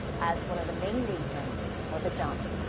as one of the main reasons for the jump.